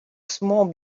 small